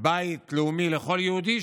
בית לאומי לכל יהודי,